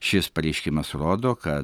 šis pareiškimas rodo kad